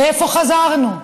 לאיפה חזרנו?